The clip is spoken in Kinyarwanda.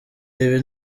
ibi